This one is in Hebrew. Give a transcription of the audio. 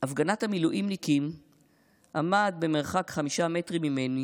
בהפגנת המילואימניקים עמד במרחק חמישה מטרים ממני